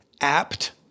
apt